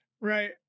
Right